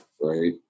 Right